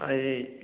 ꯍꯥꯏꯗꯤ